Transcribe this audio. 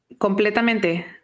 Completamente